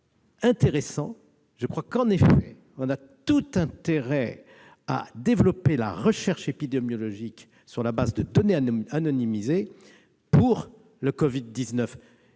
intéressant. Je pense que nous avons effectivement tout intérêt à développer la recherche épidémiologique sur la base de données anonymisées pour le Covid-19.